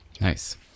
Nice